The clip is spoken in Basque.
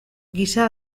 giza